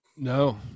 no